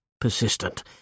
persistent